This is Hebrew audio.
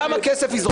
כמה יזרום לשם?